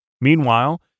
Meanwhile